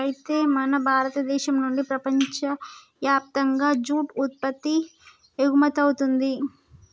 అయితే మన భారతదేశం నుండి ప్రపంచయప్తంగా జూట్ ఉత్పత్తి ఎగుమతవుతుంది